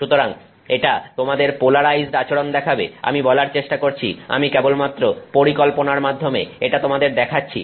সুতরাং এটা তোমাদের পোলারাইজড আচরণ দেখাবে আমি বলার চেষ্টা করছি আমি কেবলমাত্র পরিকল্পনার মাধ্যমে এটা তোমাদের দেখাচ্ছি